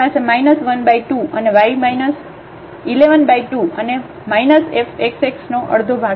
તેથી આપણે અહીં આ વેલ્યુને સબસ્ટીટ્યુટ કરી શકીએ છીએ f 1 1 0 હશે કારણ કે તે ફંક્શન છે અને અહીં f x 1 એ અડધું હતું